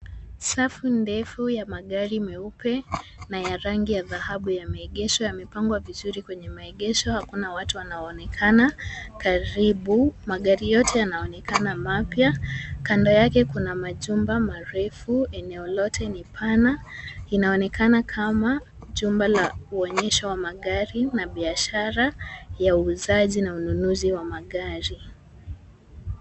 Safu ndefu ya magari meupe na ya rangi ya dhahabu yameegeshwa. Yamepangwa vizuri kwa maegesho, hakuna watu wanaonekana karibu. Magari yote yanaonekana mapya. Kando yake kun majumba marefu. Eneo lote ni pana inaonekana kama jumba la uonyesho wa magari na biashara ya uuzaji na ununuzi wa magari.